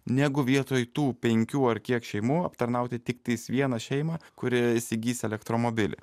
negu vietoj tų penkių ar kiek šeimų aptarnauti tiktais vieną šeimą kuri įsigys elektromobilį